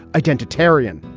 i tend to terrian.